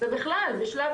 בכלל בשלב